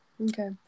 Okay